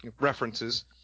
references